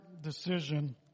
decision